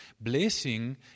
Blessing